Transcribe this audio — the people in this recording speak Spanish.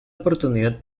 oportunidad